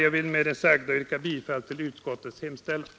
Jag ber med det sagda att få yrka bifall till utskottets hemställan.